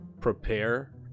prepare